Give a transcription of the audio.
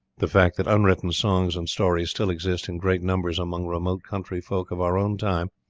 the fact that unwritten songs and stories still exist in great numbers among remote country-folk of our own time,